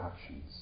actions